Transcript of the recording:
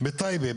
בטייבה,